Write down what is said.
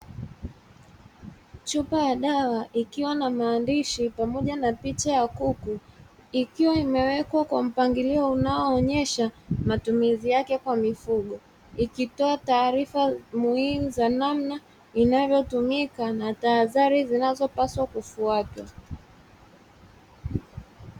Chupa ya dawa ikiwa na maandishi pamoja na picha ya kuku. Ikiwa imewekwa kwa mpangilio unaoonyesha matumizi yake kwa mifugo. Ikitoa taarifa muhimu za namna ya inavyotumika na tahadhari zinazopaswa kufuatwa.